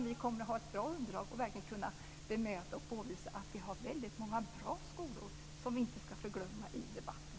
Vi kommer att ha ett bra underlag och verkligen kunna bemöta och påvisa att vi har väldigt många bra skolor, som vi inte ska förglömma i debatten.